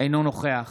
אינו נוכח